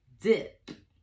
dip